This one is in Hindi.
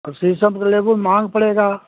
और शीशम के लेबू महंगा पड़ेगा